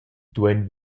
duein